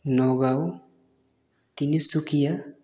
Nagaon Tinsukia